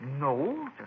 No